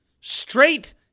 straight